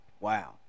Wow